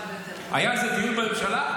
היה על זה דיון בממשלה?